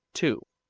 to